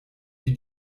wie